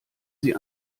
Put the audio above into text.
sie